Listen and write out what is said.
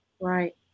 Right